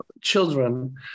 children